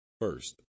first